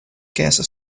gaza